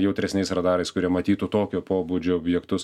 jautresniais radarais kurie matytų tokio pobūdžio objektus